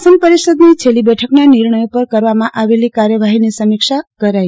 શાસન પરિષદ છેલ્લી બેઠકના નિર્ણયો પર કરવામાં આવેલી કાર્યવાહીની સમીક્ષા કરાઈ